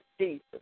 Jesus